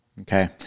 Okay